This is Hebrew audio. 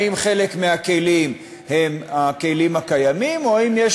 האם חלק מהכלים הם הכלים הקיימים או האם יש